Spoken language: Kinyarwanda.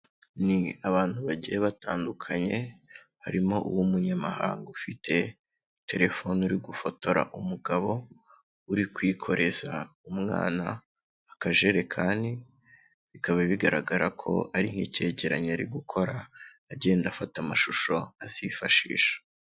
Ni abantu bagiye batandukanye, harimo uw'umunyamahanga ufite telefone uri gufotora umugabo uri kwikoreza umwana akajerekani, bikaba bigaragara ko ari nk'icyegeranyo ari gukora, agenda afata amashusho azifashisha.